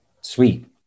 Sweet